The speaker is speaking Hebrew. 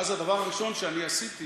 ואז הדבר הראשון שאני עשיתי,